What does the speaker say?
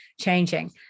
changing